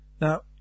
Now